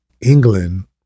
England